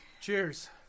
Cheers